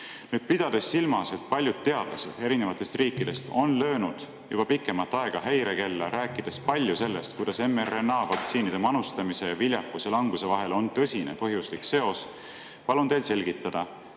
Pidades silmas, et paljud teadlased erinevatest riikidest on löönud juba pikemat aega häirekella, rääkides palju sellest, kuidas mRNA-vaktsiinide manustamise ja viljakuse languse vahel on tõsine põhjuslik seos, palun teil selgitada,